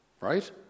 right